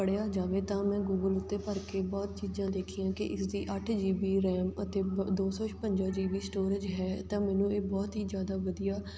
ਪੜ੍ਹਿਆ ਜਾਵੇ ਤਾਂ ਮੈਂ ਗੂਗਲ ਉੱਤੇ ਭਰ ਕੇ ਬਹੁਤ ਚੀਜ਼ਾਂ ਦੇਖੀਆਂ ਕਿ ਇਸਦੀ ਅੱਠ ਜੀ ਬੀ ਰੈਮ ਅਤੇ ਵ ਦੋ ਸੌ ਛਪੰਜਾ ਜੀ ਬੀ ਸਟੋਰੇਜ਼ ਹੈ ਤਾਂ ਮੈਨੂੰ ਇਹ ਬਹੁਤ ਹੀ ਜ਼ਿਆਦਾ ਵਧੀਆ